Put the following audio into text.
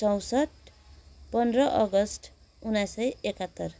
चौँसट्ठी पन्ध्र अगस्ट उन्नाइस सय एकहत्तर